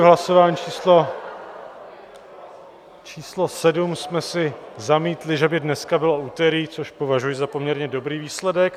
V hlasování číslo 7 jsme zamítli, že by dneska bylo úterý, což považuji za poměrně dobrý výsledek.